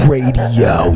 Radio